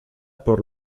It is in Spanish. por